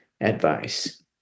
advice